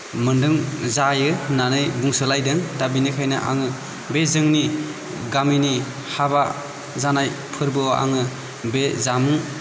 मोनदों जायो होननानै बुंसोलायदों दा बिनिखायनो आङो बे जोंनि गामिनि हाबा जानाय फोरबोआव आङो बे जामुं